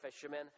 fishermen